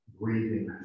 breathing